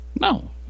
No